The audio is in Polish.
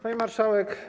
Pani Marszałek!